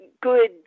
good